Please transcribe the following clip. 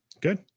Good